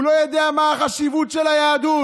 הוא לא יודע מה החשיבות של היהדות.